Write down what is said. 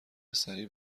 سریع